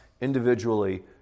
individually